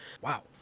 Wow